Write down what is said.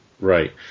right